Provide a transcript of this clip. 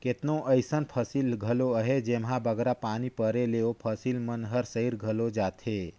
केतनो अइसन फसिल घलो अहें जेम्हां बगरा पानी परे ले ओ फसिल मन हर सइर घलो जाथे